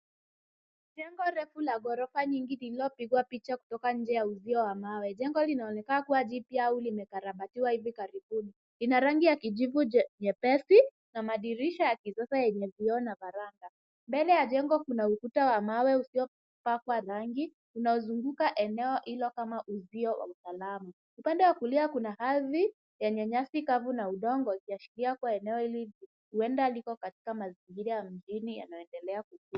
Jengo refu la gorofa nyingi lililopigwa picha kutoka nje ya uzio wa mawe. Jengo linaonekana kuwa jipya au limekarabatiwa hivi karibuni. Lina rangi ya kijivu nyepesi na madirisha ya kisasa yenye vioo na varanga. Mbele ya jengo kuna ukuta wa mawe usiopakwa rangi unaozunguka eneo hilo kama uzio wa usalama. Upande wa kulia kuna ardhi yenye nyasi kavu na udongo, ikiaashiria kuwa eneo hili huenda liko katika mazingira ya mjini yanayoendelea kuje.